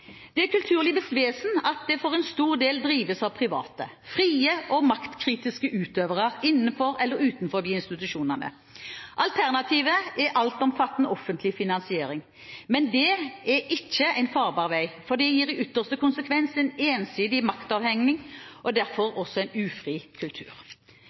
Det er kulturlivets vesen at det for en stor del drives av private, frie og maktkritiske utøvere, innenfor eller utenfor institusjonene. Alternativet er altomfattende offentlig finansiering. Men det er ikke en farbar vei, for det gir i ytterste konsekvens en ensidig maktavhengig og derfor ufri kultur.